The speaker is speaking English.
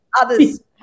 others